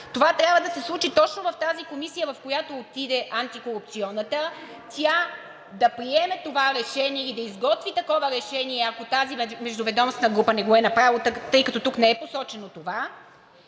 Това трябва да се случи точно в тази комисия, в която отиде – Антикорупционната, тя да приеме това решение и да изготви такова решение, ако тази междуведомствена група не го е направила, тъй като тук не е посочено това,